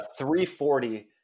340